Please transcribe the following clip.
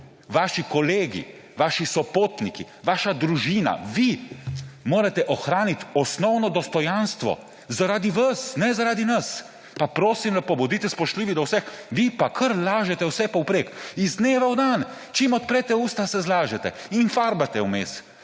vaši kolegi, vaši sopotniki, vaša družina, vi morate ohraniti osnovno dostojanstvo zaradi vas, ne zaradi nas. Pa prosim lepo, bodite spoštljivi do vseh! Vi pa kar lažete iz dneva v dan, čim odprete usta, se zlažete. In farbate vmes.